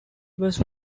was